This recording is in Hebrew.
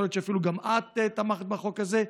גם את תמכת בחוק הזה.